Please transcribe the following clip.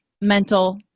mental